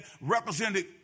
represented